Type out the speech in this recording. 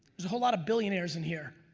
there's a whole lot of billionaires in here.